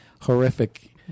horrific